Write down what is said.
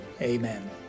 Amen